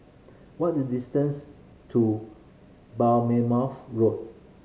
what the distance to Bourmemouth Road